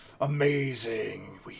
amazing